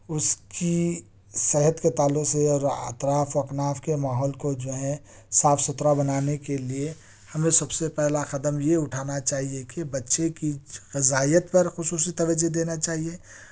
اس کی صحت کے تعلق سے اور اطراف و اکناف کے ماحول کو جو ہے صاف ستھرا بنانے کے لئے ہمیں سب سے پہلا قدم یہ اٹھانا چاہیے کہ بچے کی غذائیت پر خصوصی توجہ دینا چاہیے